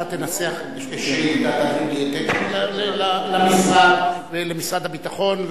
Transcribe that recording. אתה תנסח שאילתא למשרד הביטחון,